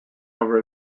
over